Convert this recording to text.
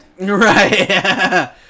Right